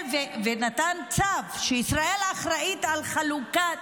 ונתן צו שישראל אחראית לחלוקה